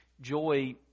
Joy